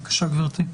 בבקשה, גברתי.